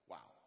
Wow